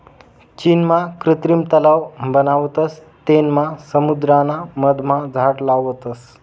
चीनमा कृत्रिम तलाव बनावतस तेनमा समुद्राना मधमा झाड लावतस